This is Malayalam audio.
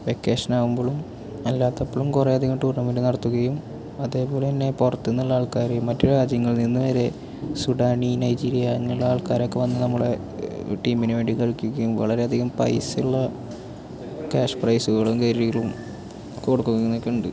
വെക്കേഷനാകുമ്പോഴും അല്ലാത്തപ്പോഴും കുറേയധികം ടൂർണമെൻട് നടത്തുകയും അതേപോലെതന്നെ പുറത്തുന്നുള്ള ആൾക്കാർ മറ്റു രാജ്യങ്ങളിൽ നിന്നുവരെ സുഡാനി നൈജീരിയ അങ്ങനെയുള്ള ആൾക്കാരൊക്കെ വന്ന് നമ്മുടെ ടീമിനു വേണ്ടി കളിക്കുകയും വളരെയധികം പൈസയുള്ള ക്യാഷ് പ്രൈസ്സുകളും കരിയറും കൊടുക്കുന്നൊക്കെ ഉണ്ട്